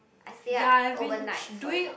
I stay up overnight for it